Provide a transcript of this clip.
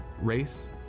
Race